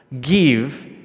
give